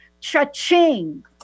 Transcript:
cha-ching